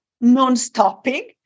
non-stopping